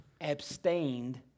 abstained